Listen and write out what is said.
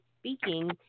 speaking